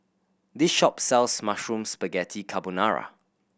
this shop sells Mushroom Spaghetti Carbonara